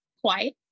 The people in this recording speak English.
quiet